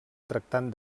tractant